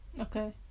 Okay